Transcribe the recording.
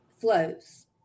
flows